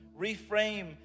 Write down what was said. reframe